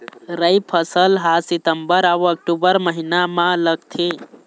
राई फसल हा सितंबर अऊ अक्टूबर महीना मा लगथे